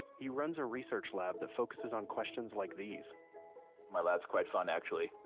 he runs a research lab that focuses on questions like these my lab's quite fun, actually.